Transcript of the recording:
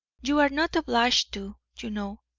you are not obliged to, you know,